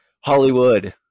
Hollywood